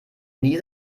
nie